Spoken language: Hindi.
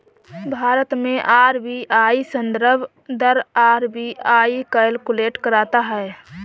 भारत में आर.बी.आई संदर्भ दर आर.बी.आई कैलकुलेट करता है